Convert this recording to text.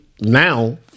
now